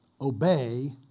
Obey